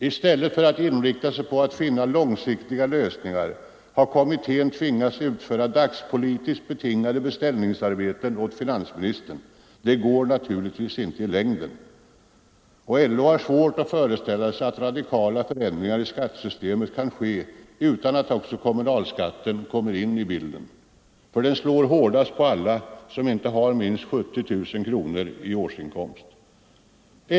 I stället för att inrikta sig på att finna långsiktiga lösningar har kommittén att utföra dagspolitiskt betingade beställningsarbeten åt finansministern. Detta går naturligtvis inte i längden LO har svårt att föreställa sig att radikala förändringar i skattesystemet kan ske utan att också kommunalskatterna kommer in i bilden, ty den slår hårdast på alla som inte har minst 70 000 kronor i årsinkomst.